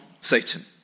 Satan